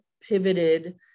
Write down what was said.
pivoted